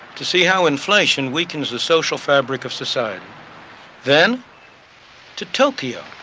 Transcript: to see how inflation weakens the social fabric of society then to tokyo,